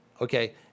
okay